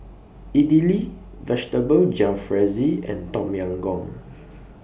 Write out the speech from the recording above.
Idili Vegetable Jalfrezi and Tom Yam Goong